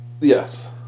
yes